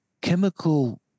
chemical